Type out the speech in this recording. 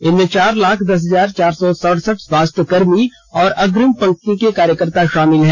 इनमें चार लाख दस हजार चार सौ सड़सठ स्वास्थ्य कर्मी और अग्रिम पंक्ति के कार्यकर्ता शामिल हैं